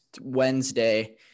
wednesday